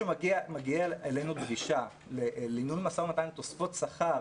כשמגיעה אלינו דרישה לניהול משא-ומתן לתוספות שכר,